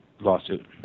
lawsuit